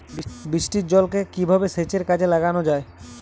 বৃষ্টির জলকে কিভাবে সেচের কাজে লাগানো য়ায়?